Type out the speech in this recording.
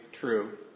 true